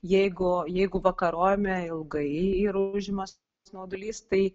jeigu jeigu vakarojame ilgai ir užima snaudulys tai